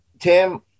Tim